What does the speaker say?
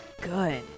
good